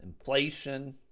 inflation